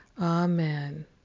amen